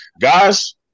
Guys